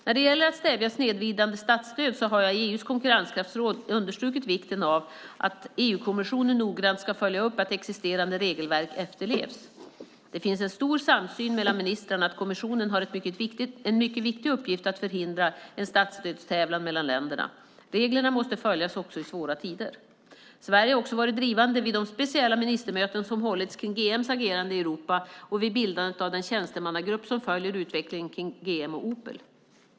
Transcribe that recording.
När det gäller att stävja snedvridande statsstöd har jag i EU:s konkurrenskraftsråd understrukit vikten av att EU-kommissionen noggrant ska följa upp att existerande regelverk efterlevs. Det finns en stor samsyn mellan ministrarna att kommissionen har en mycket viktig uppgift att förhindra en statsstödstävlan mellan länderna. Reglerna måste följas också i svåra tider. Sverige har också varit drivande vid de speciella ministermöten som hållits kring GM:s agerande i Europa och vid bildandet av den tjänstemannagrupp som följer utvecklingen kring GM och Opel.